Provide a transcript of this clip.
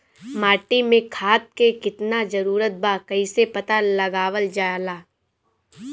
माटी मे खाद के कितना जरूरत बा कइसे पता लगावल जाला?